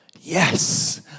yes